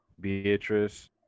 Beatrice